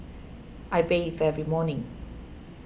I bathe every morning